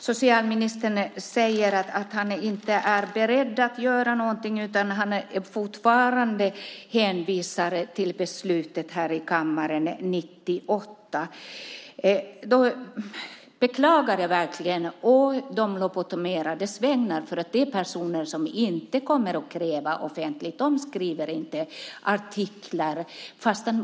Socialministern säger att han inte är beredd att göra någonting. Han hänvisar fortfarande till beslutet här i kammaren 1998. Det beklagar jag verkligen å de lobotomerades vägnar. Detta är nämligen personer som inte kommer att kräva något offentligt. De skriver inte artiklar.